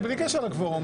בלי קשר לקוורום.